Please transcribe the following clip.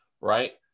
right